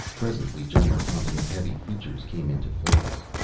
presently general thompson's heavy features came into focus.